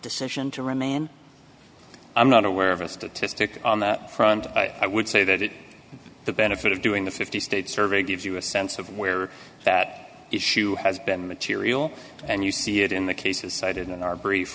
decision to remain i'm not aware of a statistic on that front i would say that it the benefit of doing the fifty states survey gives you a sense of where that issue has been material and you see it in the cases cited in our brief